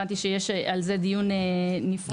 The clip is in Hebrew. הבנתי שיש על זה דיון נפרד.